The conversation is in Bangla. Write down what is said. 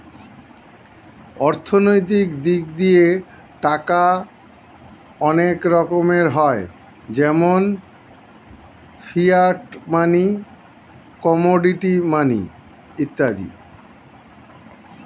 অর্থনৈতিক দিক দিয়ে টাকা অনেক রকমের হয় যেমন ফিয়াট মানি, কমোডিটি মানি ইত্যাদি